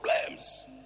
problems